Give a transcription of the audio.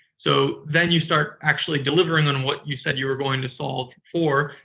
so, then you start actually delivering on what you said you were going to solve for.